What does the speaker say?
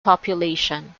population